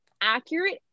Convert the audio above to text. accurate